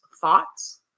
thoughts